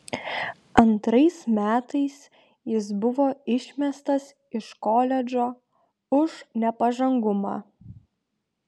antrais metais jis buvo išmestas iš koledžo už nepažangumą